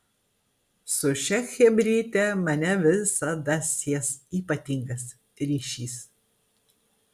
su šia chebryte mane visada sies ypatingas ryšys